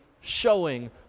showing